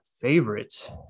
Favorite